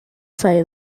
site